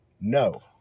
no